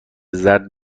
زرد